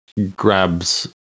grabs